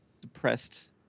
depressed